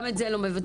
גם את זה לא מבצעים.